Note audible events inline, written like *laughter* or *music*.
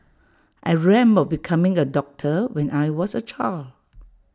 I *unintelligible* of becoming A doctor when I was A child